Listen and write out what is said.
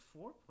four